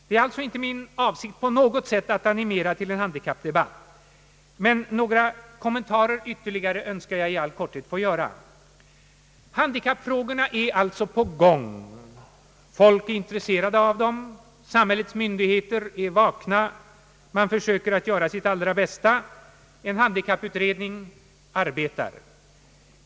Det är därför inte på minsta sätt min avsikt att animera till en handikappdebatt, men några ytterligare kommentarer önskar jag i all korthet få göra. Handikappfrågorna är alltså på gång. Folk är intresserade av dem, Myndigheterna är vakna och försöker göra sitt allra bästa. En handikapputredning arbetar.